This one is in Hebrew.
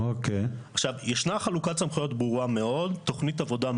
אבל צריך בהחלט גם לדאוג למקטע החופי, היבשתי, ולא